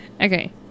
Okay